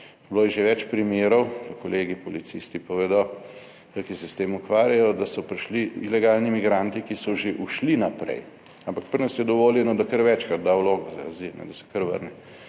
Bilo je že več primerov, to kolegi policisti povedo, ki se s tem ukvarjajo, da so prišli ilegalni migranti, ki so že ušli naprej, ampak pri nas je dovoljeno, da kar večkrat dajo vlogo za azil, da se kar vrne.